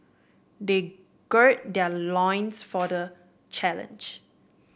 they gird their loins for the challenge